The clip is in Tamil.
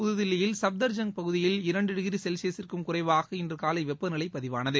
புததில்லியில் சுப்தர்ஜங் பகுதியில் இரண்டு டிகிரி செல்சியஸிற்கும் குறைவாக இன்று காலை வெப்பநிலை பதிவானது